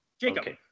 Jacob